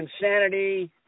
Insanity